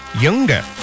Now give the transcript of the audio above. younger